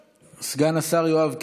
סגן השר יואב קיש,